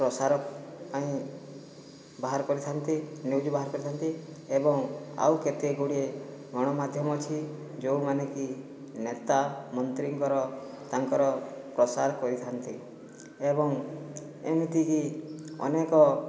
ପ୍ରସାର ପାଇଁ ବାହାର କରିଥାନ୍ତି ନ୍ୟୁଜ୍ ବାହାର କରିଥାନ୍ତି ଏବଂ ଆଉ କେତେ ଗୁଡ଼ିଏ ଗଣମାଧ୍ୟମ ଅଛି ଯେଉଁ ମାନେକି ନେତା ମନ୍ତ୍ରିଙ୍କର ତାଙ୍କର ପ୍ରସାର କରିଥାନ୍ତି ଏବଂ ଏମିତିକି ଅନେକ